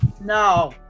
No